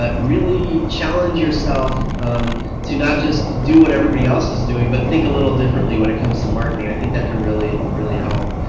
really challenge yourself to not just do what everybody else is doing but think a little differently when it comes to marketing, i think that can really, really help.